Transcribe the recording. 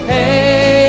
Hey